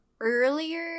earlier